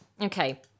Okay